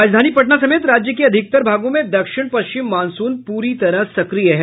राजधानी पटना समेत राज्य के अधिकतर भागों में दक्षिण पश्चिम मॉनसून पूरी तरह सक्रिय है